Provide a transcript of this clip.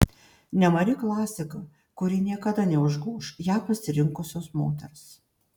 nemari klasika kuri niekada neužgoš ją pasirinkusios moters